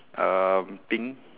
um pink